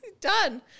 Done